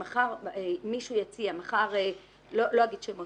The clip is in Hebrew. אם מחר חברה מסוימת לא אומר שמות